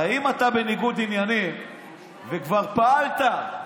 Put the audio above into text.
הרי אם אתה בניגוד עניינים וכבר פעלת,